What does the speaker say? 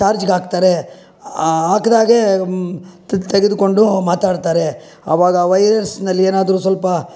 ಚಾರ್ಜ್ಗೆ ಹಾಕ್ತಾರೆ ಹಾಕ್ದಾಗೆ ತೆಗೆದುಕೊಂಡು ಮಾತಾಡ್ತಾರೆ ಆವಾಗ ವೈರಸ್ನಲ್ಲಿ ಏನಾದ್ರೂ ಸ್ವಲ್ಪ